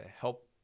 help